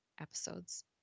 episodes